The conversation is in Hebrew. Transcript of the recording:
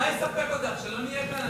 מה יספק אותך, שלא נהיה כאן?